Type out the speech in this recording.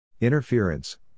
Interference